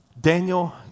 Daniel